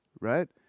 right